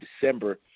December